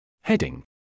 Heading